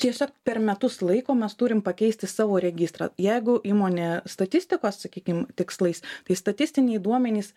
tiesiog per metus laiko mes turim pakeisti savo registrą jeigu įmonė statistikos sakykim tikslais tai statistiniai duomenys